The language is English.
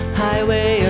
highway